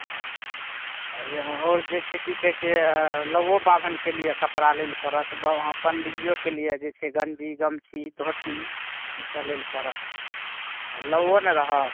हँ आओर जे छै की कहै छै नौओ बाभनके लिए कपड़ा लै लऽ पड़त पंडिजियोके लिए गञ्जी गमछी धोती ईसब लै लऽ पड़त आ लौओ ने रहत